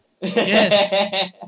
Yes